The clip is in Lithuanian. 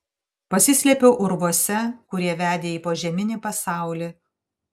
pasislėpiau urvuose kurie vedė į požeminį pasaulį